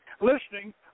listening